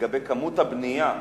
על כמות הבנייה,